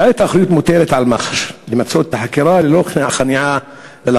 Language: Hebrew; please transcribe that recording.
כעת מוטלת על מח"ש האחריות למצות את החקירה ללא כניעה ללחצים,